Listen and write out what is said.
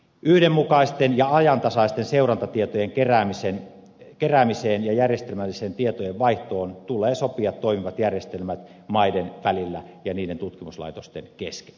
yhdenmukaisten ja ajantasaisten seurantatietojen keräämiseen ja järjestelmälliseen tietojen vaihtoon tulee sopia toimivat järjestelmät maiden välillä ja niiden tutkimuslaitosten kesken